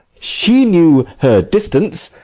she knew her distance,